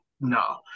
no